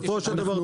כפשרה.